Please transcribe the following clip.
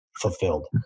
fulfilled